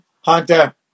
Hunter